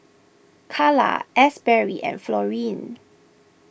Kala Asberry and Florine